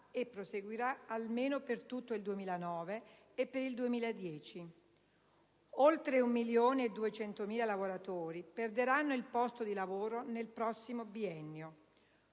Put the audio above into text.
e proseguirà almeno per tutto il 2009 e per il 2010. Oltre 1,2 milioni di lavoratori perderanno il posto di lavoro nel prossimo biennio,